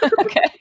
okay